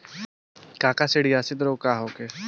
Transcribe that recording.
काकसिडियासित रोग का होखे?